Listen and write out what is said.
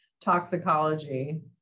toxicology